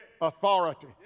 authority